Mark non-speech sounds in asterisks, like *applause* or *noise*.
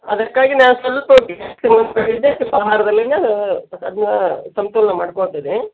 ಅದಕ್ಕಾಗಿ ನಾ ಸ್ವಲ್ಪ *unintelligible* ಆಹಾರದಲ್ಲಿನೇ ಅದನ್ನ ಸಂತುಲನ ಮಾಡಿಕೊಳ್ತೇನೆ